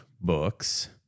books